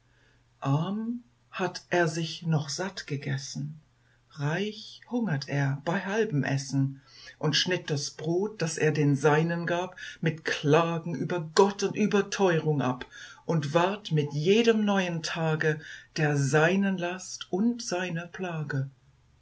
hatt er sich noch satt gegessen reich hungert er bei halbem essen und schnitt das brot das er den seinen gab mit klagen über gott und über teurung ab und ward mit jedem neuen tage der seinen last und seine plage